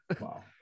Wow